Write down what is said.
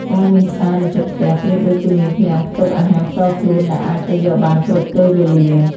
ការមានផ្សារនៅជិតផ្ទះប្រៀបដូចជាមានឃ្លាំងផ្ទុកអាហារផ្ទាល់ខ្លួនដែលអាចទៅយកបានគ្រប់ពេលវេលា។